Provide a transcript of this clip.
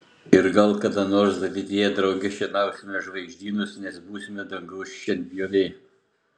ir gal kada nors ateityje drauge šienausime žvaigždynus nes būsime dangaus šienpjoviai